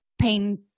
pain